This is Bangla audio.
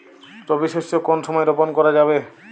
রবি শস্য কোন সময় রোপন করা যাবে?